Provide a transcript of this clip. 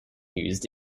used